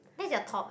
that's your top ah